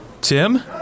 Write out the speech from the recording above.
Tim